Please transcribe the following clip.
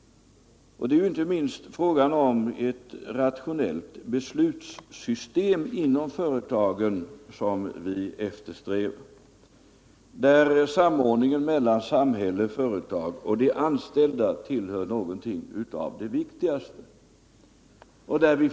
Det är inte minst ett rationellt beslutssystem inom företagen som vi eftersträvar. Samordningen mellan samhället, företag och de anställda är en viktig del av detta.